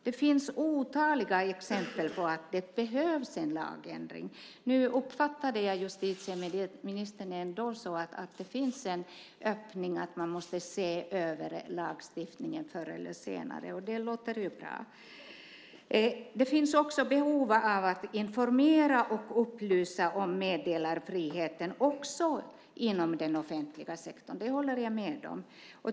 Det finns otaliga exempel på att det behövs en lagändring. Nu uppfattade justitieministern det ändå så att det finns en öppning att se över lagstiftningen förr eller senare. Det låter ju bra. Det finns också behov av att informera och upplysa om meddelarfriheten också inom den offentliga sektorn. Det håller jag med om.